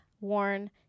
worn